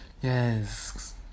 Yes